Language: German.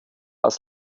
als